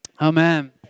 amen